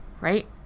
right